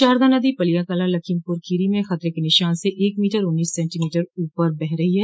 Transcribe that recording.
शारदा नदी पलियाकलां लखीमपुर खीरी में खतरे के निशान से एक मीटर उन्नीस सेंटीमीटर ऊपर बह रही है